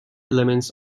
elements